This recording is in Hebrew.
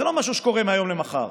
זה לא משהו שקורה מהיום למחר.